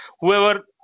whoever